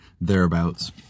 thereabouts